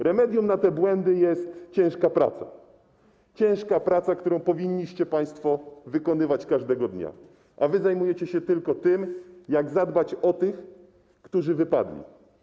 Remedium na te błędy jest ciężka praca, którą powinniście państwo wykonywać każdego dnia, a zajmujecie się tylko tym, jak zadbać o tych, którzy wypadli.